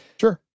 Sure